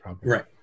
Right